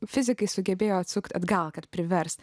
fizikai sugebėjo atsukti atgal kad priversti